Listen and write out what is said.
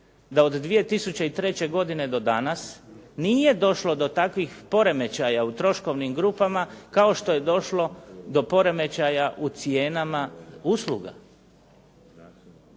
da od 2003. godine do danas nije došlo do takvih poremećaja u troškovnim grupama kao što je došlo do poremećaja u cijenama usluga.